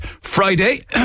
Friday